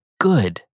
good